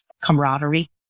camaraderie